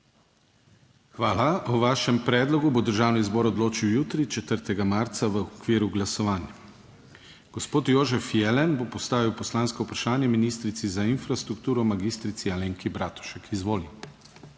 Hvala. O vašem predlogu bo Državni zbor odločil jutri, 4. marca, v okviru glasovanj. Gospod Bojan Podkrajšek bo postavil vprašanje ministrici za infrastrukturo mag. Alenki Bratušek. Izvoli.